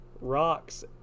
rocks